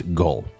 goal